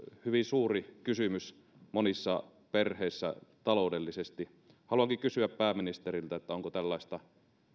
hyvin suuri kysymys monissa perheissä taloudellisesti haluankin kysyä pääministeriltä onko tällaista